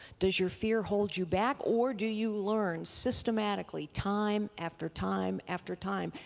does your fear hold you back or do you learn, systematically, time after time after time,